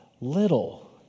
little